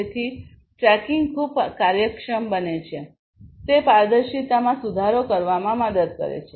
તેથી ટ્રેકિંગ ખૂબ કાર્યક્ષમ બને છે તે પારદર્શિતામાં સુધારો કરવામાં મદદ કરે છે